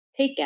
takeout